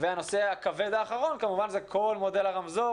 הנושא היותר כבד הוא כמובן כל מודל הרמזור